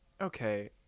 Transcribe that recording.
okay